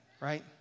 right